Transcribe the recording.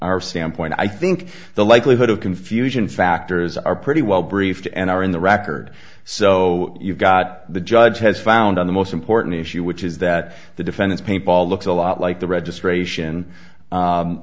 our standpoint i think the likelihood of confusion factors are pretty well briefed and are in the record so you've got the judge has found on the most important issue which is that the defendant's paint ball looks a lot like the registration